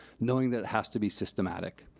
knowing that it has to be systematic.